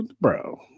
bro